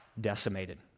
decimated